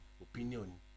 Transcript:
opinion